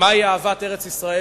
מהי אהבת ארץ-ישראל